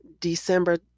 December